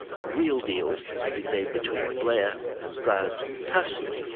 the real deals have been made between blair and brown personally.